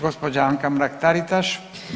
Gđa. Anka Mrak-TAritaš.